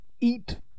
Eat